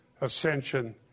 ascension